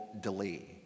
delay